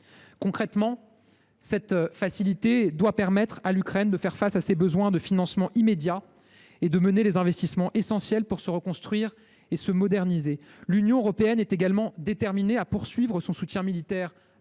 Concrètement, cette facilité doit permettre à l’Ukraine de faire face à ses besoins de financement immédiats et de mener les investissements essentiels pour se reconstruire et se moderniser. L’Union européenne est également déterminée à poursuivre son soutien militaire